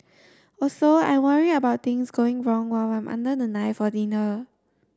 also I worry about things going wrong while I'm under the knife or needle